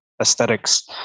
aesthetics